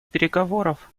переговоров